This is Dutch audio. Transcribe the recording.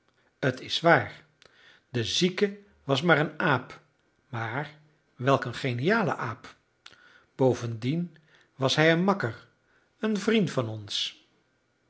t is waar de zieke was maar een aap maar welk een geniale aap bovendien was hij een makker een vriend van ons